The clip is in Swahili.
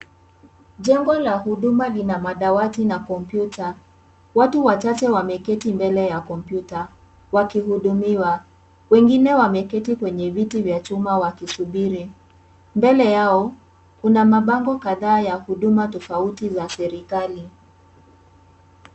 Jengo la huduma lina madawati na kompyuta. Watu achache wameketi mbele ya kompyuta, wakihdumiwa. Wengine wameketi kwenye viti vya chuma wakisubiri. Mbele yao, kuna mabango kadhaa ya huduma tofauti za serikali.